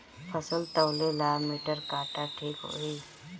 फसल तौले ला मिटर काटा ठिक होही?